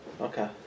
Okay